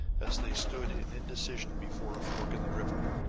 as they stood in indecision before a fork in the river.